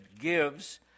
gives